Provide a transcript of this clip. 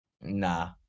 Nah